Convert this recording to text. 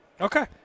Okay